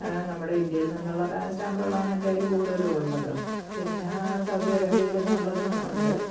നമ്മുടെ ഇന്ത്യയില് നിന്നുള്ള സ്റ്റാമ്പുകളാണ് എൻ്റേതിൽ കൂടുതലുമുള്ളത് പിന്നെ സൗദി അറേബ്യയിൽ നിന്നുള്ളതുമുണ്ട്